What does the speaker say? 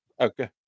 Okay